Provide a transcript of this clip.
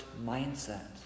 mindset